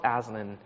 Aslan